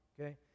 okay